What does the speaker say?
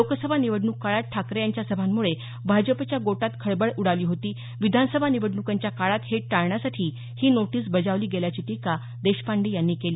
लोकसभा निवडणूक काळात ठाकरे यांच्या सभांमुळे भाजपच्या गोटात खळबळ उडाली होती विधानसभा निवडणुकांच्या काळात हे टाळण्यासाठी ही नोटीस बजावली गेल्याची टीका देशपांडे यांनी केली